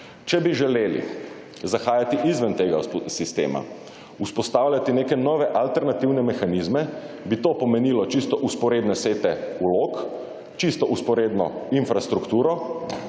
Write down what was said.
Če bi želeli zahajati izven tega sistema, vzpostavljati neke nove alternativne mehanizme, bi to pomenilo čisto vzporedne sete vlog, čisto vzporedno infrastrukturo